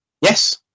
Yes